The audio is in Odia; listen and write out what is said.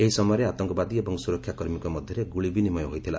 ଏହି ସମୟରେ ଆତଙ୍କବାଦୀ ଏବଂ ସୁରକ୍ଷାକର୍ମୀଙ୍କ ମଧ୍ୟରେ ଗୁଳି ବିନିମୟ ହୋଇଥିଲା